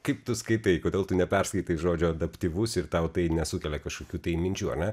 kaip tu skaitai kodėl tu neperskaitai žodžio adaptyvus ir tau tai nesukelia kažkokių tai minčių ane